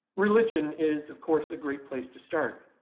religion is of course a great place to start.